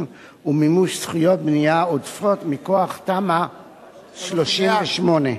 ומימוש זכויות בנייה עודפות מכוח תמ"א 38. לא שומעים.